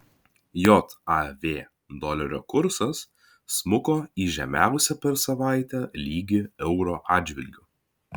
jav dolerio kursas smuko į žemiausią per savaitę lygį euro atžvilgiu